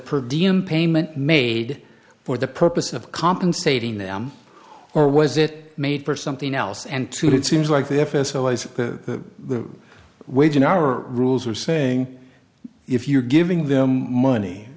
per diem payment made for the purpose of compensating them or was it made for something else and today it seems like the f s o as the wage and hour rules are saying if you're giving them money